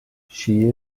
she